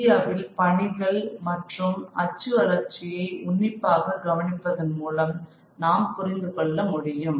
இந்தியாவில் பணிகள் மற்றும் அச்சு வளர்ச்சியை உன்னிப்பாகக் கவனிப்பதன் மூலம் நாம் புரிந்து கொள்ள முடியும்